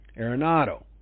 Arenado